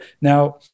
Now